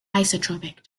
isotropic